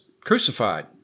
Crucified